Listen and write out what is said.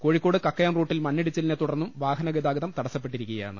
കോഴിക്കോട് കക്കയം റൂട്ടിൽ മണ്ണിടിച്ചിലിനെ തുടർന്നും വാഹനഗതാഗതം തടസ്സപ്പെട്ടിരിക്കുകയാണ്